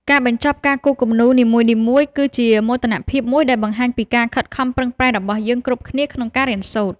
ការបញ្ចប់ការគូរគំនូរនីមួយៗគឺជាមោទនភាពមួយដែលបង្ហាញពីការខិតខំប្រឹងប្រែងរបស់យើងគ្រប់គ្នាក្នុងការរៀនសូត្រ។